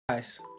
guys